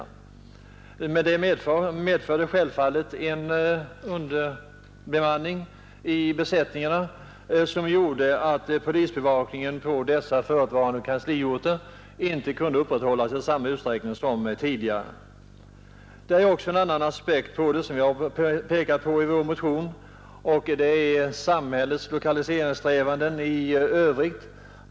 Men det medförde självfallet en underbemanning i besättningarna, som gjorde att polisbevakningen på dessa förutvarande kansliorter inte kunde upprätthållas i samma utsträckning som tidigare. Det finns också en annan aspekt som vi pekat på i vår motion. Den gäller samhällets lokaliseringssträvanden i övrigt.